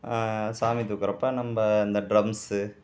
சாமி தூக்கறப்ப நம்ம அந்த ட்ரம்ஸு